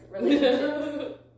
relationships